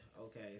okay